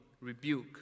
rebuke